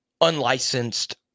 unlicensed